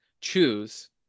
choose